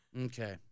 Okay